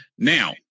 Now